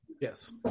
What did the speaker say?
yes